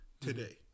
today